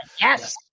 Yes